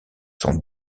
sont